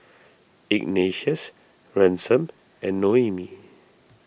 Ignatius Ransom and Noemie